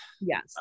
Yes